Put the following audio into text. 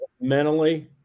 mentally